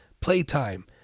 playtime